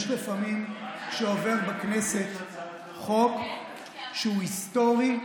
יש לפעמים שעובר בכנסת חוק שהוא היסטורי,